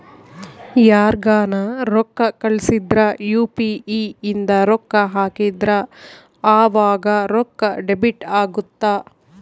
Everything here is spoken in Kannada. ಯಾರ್ಗನ ರೊಕ್ಕ ಕಳ್ಸಿದ್ರ ಯು.ಪಿ.ಇ ಇಂದ ರೊಕ್ಕ ಹಾಕಿದ್ರ ಆವಾಗ ರೊಕ್ಕ ಡೆಬಿಟ್ ಅಗುತ್ತ